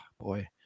boy